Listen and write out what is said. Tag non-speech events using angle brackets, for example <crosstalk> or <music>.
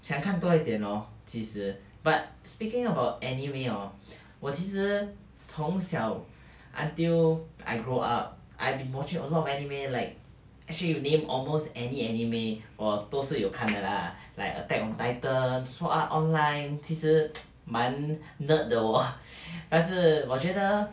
想看多一点 lor 其实 but speaking about anime hor 我其实从小 until I grow up I've been watching a lot of anime like actually you name almost any anime 我都是有看见的 lah like attack on titan sword art online 其实 <noise> 蛮 nerd 的我但是我觉得